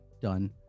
done